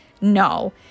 No